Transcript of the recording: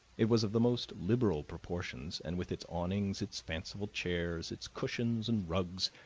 it was of the most liberal proportions, and with its awnings, its fanciful chairs, its cushions and rugs,